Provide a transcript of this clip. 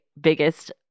biggest